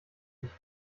nicht